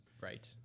right